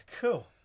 cool